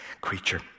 creature